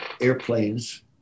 airplanes